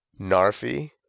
Narfi